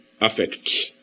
affects